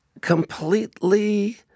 completely